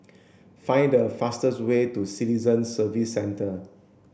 find the fastest way to Citizen Services Centre